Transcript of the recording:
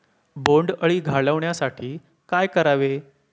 बोंडअळी घालवण्यासाठी काय करावे?